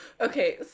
Okay